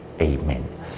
Amen